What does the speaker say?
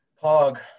pog